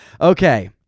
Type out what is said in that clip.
Okay